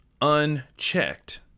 unchecked